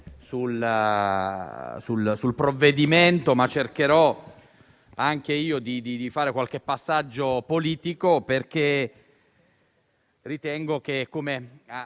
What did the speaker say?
sul provvedimento e cercherò anche io di fare qualche passaggio politico, perché ritengo che - come